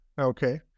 Okay